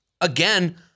again